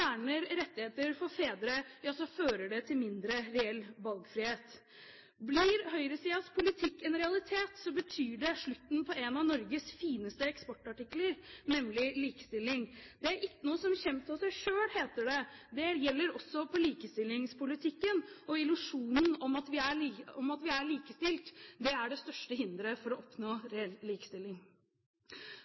fjerner rettigheter for fedre, fører det til mindre reell valgfrihet? Blir høyresidens politikk en realitet, betyr det slutten på en av Norges fineste eksportartikler, nemlig likestilling. «Det e itjnå som kjem tå sæ sjøl», heter det. Det gjelder også i likestillingspolitikken og i illusjonen om at vi er likestilt. Det er det største hinderet for å oppnå reell likestilling.